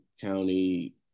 County